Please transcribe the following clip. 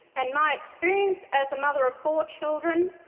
and my experience as a mother of four children,